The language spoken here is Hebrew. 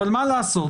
אבל מה לעשות,